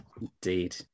Indeed